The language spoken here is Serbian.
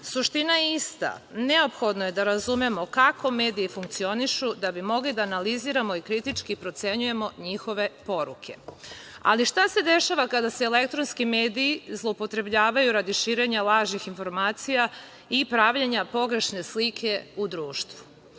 suština je ista. Neophodno je da razumemo kako mediji funkcionišu, da bi mogli da analiziramo i kritički procenjujemo njihove poruke. Ali šta se dešava kada se elektronski mediji zloupotrebljavaju radi širenja lažnih informacija i pravljenja pogrešne slike u